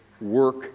work